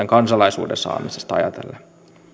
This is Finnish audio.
kansalaisuuden saamista ajatellen